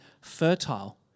fertile